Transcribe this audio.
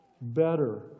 Better